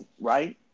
Right